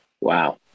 Wow